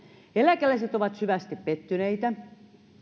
eläkeläiset ovat syvästi pettyneitä